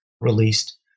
released